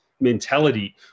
mentality